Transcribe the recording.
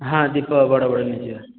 ହଁ ଦୀପ ବଡ଼ ବଡ଼ ନେଇଯିବା